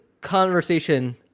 conversation